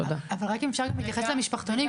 אבל רק אם אפשר להתייחס למשפחתונים,